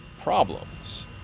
problems